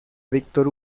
victor